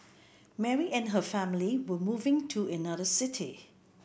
Mary and her family were moving to another city